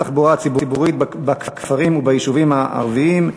בנושא: מצב התחבורה הציבורית בכפרים וביישובים הערביים.